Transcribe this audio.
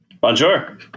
Bonjour